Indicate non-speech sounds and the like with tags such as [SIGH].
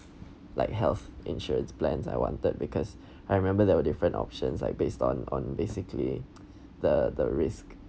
like health insurance plans I wanted because I remember there were different options like based on on basically [NOISE] the the risk